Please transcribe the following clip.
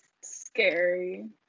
scary